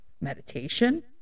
meditation